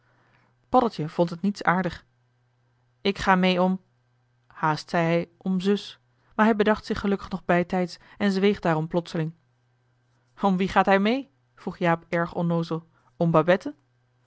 paddeltje vond het niets aardig ik ga mee om haast zei hij om zus maar hij bedacht zich gelukkig nog bijtijds en zweeg daarom plotseling om wie gaat hij mee vroeg jaap erg onnoozel om babette